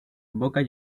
boca